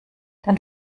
dann